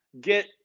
get